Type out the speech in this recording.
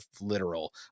literal